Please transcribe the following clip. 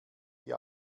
die